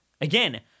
Again